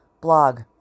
blog